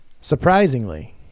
Surprisingly